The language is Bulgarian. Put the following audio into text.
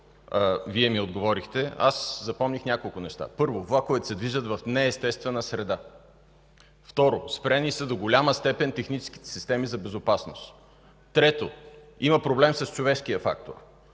което ми отговорихте, аз запомних няколко неща. Първо, влаковете се движат в неестествена среда. Второ, спрени са до голяма степен техническите системи за безопасност. Трето, има проблем с човешкия фактор.